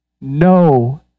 no